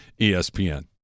ESPN